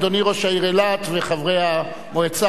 אדוני ראש העיר אילת וחברי המועצה.